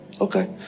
okay